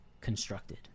constructed